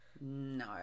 No